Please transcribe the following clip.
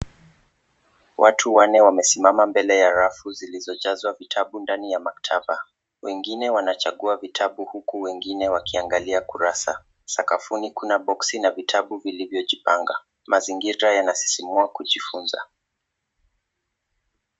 Watu wanne wamesimama mbele ya rafu zilizojazwa vitabu ndani ya maktaba. Wengine wanachagua vitabu huku wengine wakiangalia kurasa. Sakafuni kuna boksi na vitabu vilivyojipanga. Mazingira yanasisimua kujifunza.